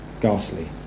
ghastly